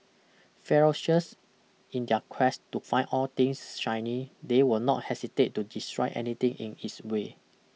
ferocious in their quest to find all things shiny they will not hesitate to destroy anything in its way